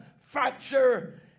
fracture